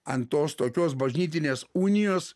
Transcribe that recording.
ant tos tokios bažnytinės unijos